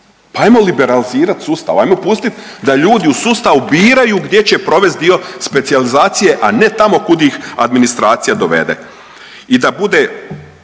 Pa ajmo liberalizirat sustav, ajmo pustiti da ljudi u sustavu biraju gdje će provesti dio specijalizacije, a ne tamo kud ih administracija dovede.